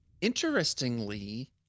interestingly